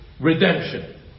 redemption